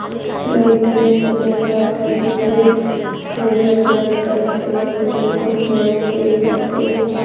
मैं इंटरनेट पर देख रहा था कि ब्लैक सोल्जर सिलाई का इस्तेमाल पशुओं को खिलाने के लिए करते हैं